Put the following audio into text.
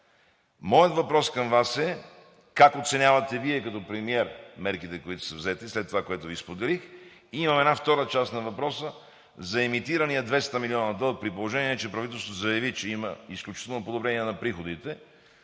Моят въпрос към Вас е: как оценявате Вие като премиер мерките, които са взети, след това, което Ви споделих? И имам една втора част на въпроса – за емитираните 200 милиона дълг. При положение че правителството заяви, че има изключително подобрение на приходите